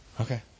Okay